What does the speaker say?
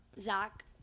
Zach